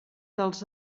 dels